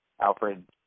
Alfred